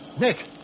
Nick